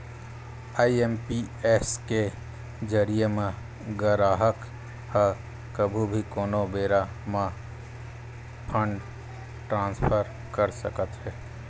IMPS के जरिए म गराहक ह कभू भी कोनो बेरा म फंड ट्रांसफर कर सकत हे